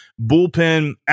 bullpen